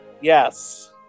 yes